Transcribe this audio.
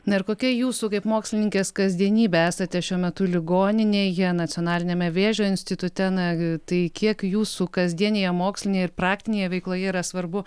na ir kokia jūsų kaip mokslininkės kasdienybė esate šiuo metu ligoninėje nacionaliniame vėžio institute na tai kiek jūsų kasdienėje mokslinėje ir praktinėje veikloje yra svarbu